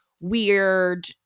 weird –